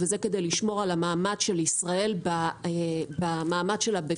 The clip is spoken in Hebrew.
וזה כדי לשמור על המעמד של ישראל לפי ה-OECD.